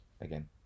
again